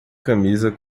camisa